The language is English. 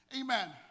amen